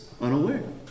Unaware